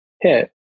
hit